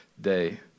day